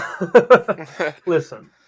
Listen